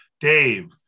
Dave